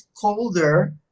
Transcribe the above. colder